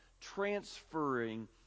transferring